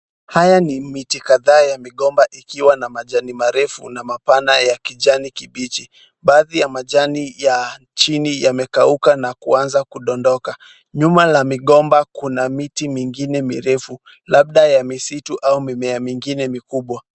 Haya ni miti kadhaa ya migomba ikiwa na majani marefu na mapana ya kijani kibichi. Baadhi ya majani ya chini yamekauka na kuanza kudondoka. Nyuma la migomba Kuna miti mingine mirefu labda ya misitu au mimea mingine mikubwa.